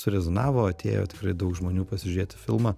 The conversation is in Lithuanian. surezonavo atėjo tikrai daug žmonių pasižiūrėti filmą